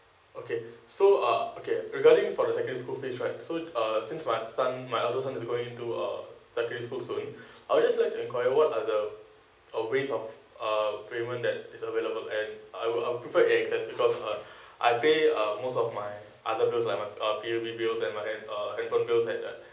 okay so uh okay regarding for the secondary school fees right so uh since my son my eldest son is going to uh secondary school soon I would just like to inquire what are the uh ways of uh payment that is available and I will prefer A_X_S because uh I paid uh most of my other bills like my uh utility bill and my hand uh handphone bill and um